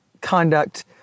conduct